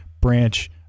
branch